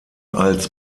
als